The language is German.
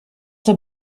der